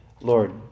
Lord